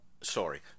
Sorry